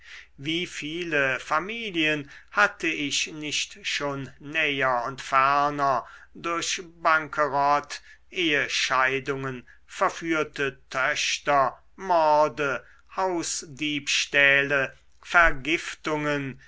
wie viele familien hatte ich nicht schon näher und ferner durch banqueroute ehescheidungen verführte töchter morde hausdiebstähle vergiftungen